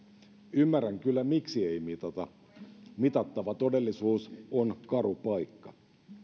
ymmärrän kyllä miksi ei mitata mitattava todellisuus on karu paikka